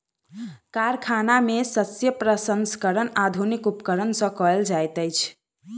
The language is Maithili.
कारखाना में शस्य प्रसंस्करण आधुनिक उपकरण सॅ कयल जाइत अछि